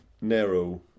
narrow